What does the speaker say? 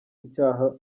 icyaha